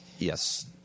Yes